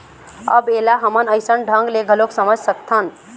अब ऐला हमन अइसन ढंग ले घलोक समझ सकथन